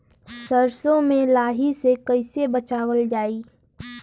सरसो में लाही से कईसे बचावल जाई?